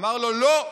אמר לו: לא,